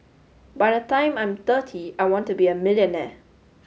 by the time I'm thirty I want to be a millionaire